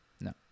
No